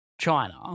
China